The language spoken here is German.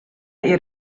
ihr